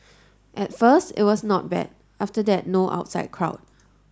at first it was not bad after that no outside crowd